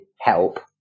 help